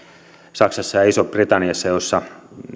ja isosta britanniasta joissa